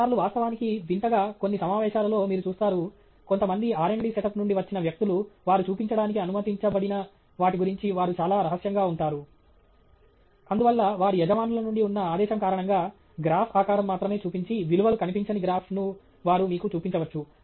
కొన్నిసార్లు వాస్తవానికి వింతగా కొన్ని సమావేశాలలో మీరు చూస్తారు కొంతమంది R D సెటప్ నుండి వచ్చిన వ్యక్తులు వారు చూపించడానికి అనుమతించబడిన వాటి గురించి వారు చాలా రహస్యంగా ఉంటారు అందువల్ల వారి యజమానుల నుండి ఉన్న ఆదేశం కారణంగా గ్రాఫ్ ఆకారం మాత్రమే చూపించి విలువలు కనిపించని గ్రాఫ్ను వారు మీకు చూపించవచ్చు